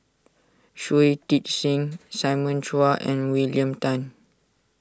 Shui Tit Sing Simon Chua and William Tan